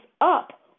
up